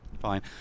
Fine